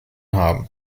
haben